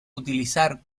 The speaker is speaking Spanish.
utilizar